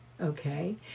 okay